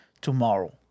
tomorrow